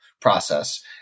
process